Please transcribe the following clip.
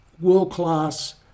world-class